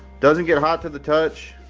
doesn't get hot to the touch,